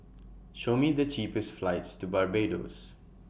Show Me The cheapest flights to Barbados